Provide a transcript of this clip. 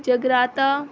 جگراتا